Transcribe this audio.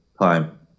time